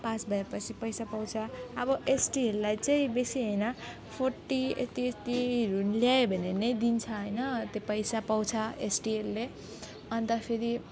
pass भएपछि पैसा पाउँछ अब एसटीहरूलाई चाहिँ बेसी होइन फोर्टी यति यतिहरू ल्यायो भने नै दिन्छ होइन त्यो पैसा पाउँछ एसटीहरूले अन्त फेरि